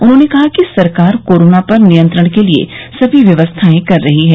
उन्होंने कहा कि सरकार कोरोना पर नियंत्रण के लिये सभी व्यवस्थाएं कर रही है